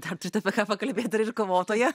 dar turit ką pakalbėt dar ir kovotoja